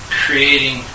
creating